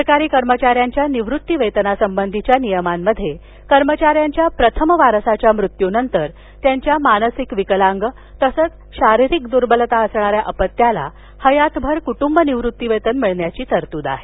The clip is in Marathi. सरकारी कर्मचाऱ्यांच्या निवृत्तीवेतनासंबंधीच्या नियमांमध्ये कर्मचाऱ्यांच्या प्रथम वारसाच्या मृत्यूनंतर त्यांच्या मानसिक विकलांग तसेच शारीरिक दुर्बलता असणाऱ्या अपत्याला हयातभर कुटुंब निवृत्तीवेतन मिळण्याची तरतूद आहे